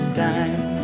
time